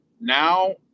now